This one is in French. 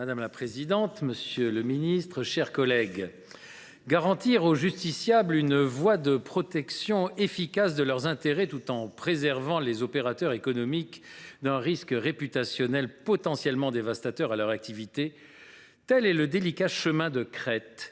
Madame la présidente, monsieur le garde des sceaux, mes chers collègues, garantir aux justiciables une voie de protection efficace de leurs intérêts, tout en préservant les opérateurs économiques d’un risque réputationnel potentiellement dévastateur pour leur activité : tel est le délicat chemin de crête